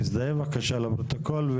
תזדהה בבקשה לפרוטוקול,